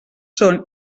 són